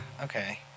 okay